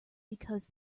because